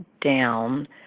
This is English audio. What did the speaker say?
down